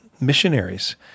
missionaries